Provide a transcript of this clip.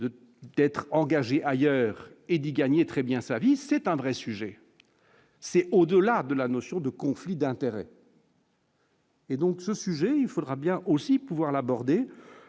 d'être engagé ailleurs Eddy gagner très bien sa vie, c'est un vrai sujet, c'est au-delà de la notion de conflit d'intérêts. Et donc ce sujet, il faudra bien aussi pouvoir l'aborder